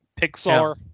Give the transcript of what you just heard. Pixar